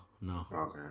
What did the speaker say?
no